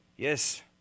yes